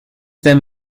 them